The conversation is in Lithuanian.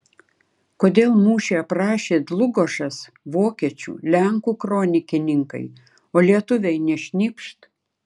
kodėl mūšį aprašė dlugošas vokiečių lenkų kronikininkai o lietuviai nė šnypšt